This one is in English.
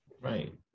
Right